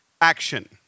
action